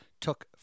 took